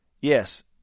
Yes